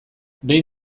behin